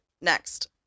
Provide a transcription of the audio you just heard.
Next